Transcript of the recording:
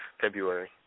February